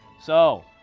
so.